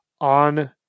on